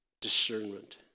discernment